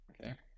Okay